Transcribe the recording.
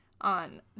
on